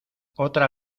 otra